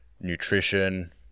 nutrition